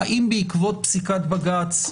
האם בעקבות פסיקת בג"ץ,